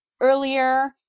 earlier